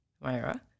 Myra